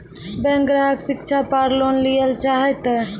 Bank ग्राहक शिक्षा पार लोन लियेल चाहे ते?